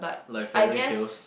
like fairy tales